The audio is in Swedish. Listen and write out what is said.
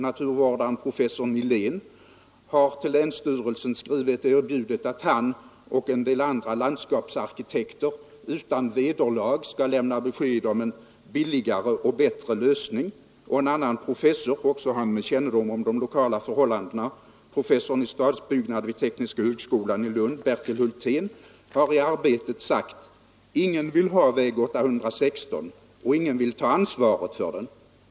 Naturvårdaren professor Nihlén har skrivit till länsstyrelsen och erbjudit att han och en del landskapsarkitekter utan vederlag skall lämna besked om en billigare och bättre lösning. Och en annan professor — också han med kännedom om de lokala förhållandena — professorn i stadsbyggnad vid Tekniska högskolan i Lund Bertil Hultén, har i tidningen Arbetet sagt: ”Ingen vill ha Väg 816 och ingen vill ta ansvaret för den.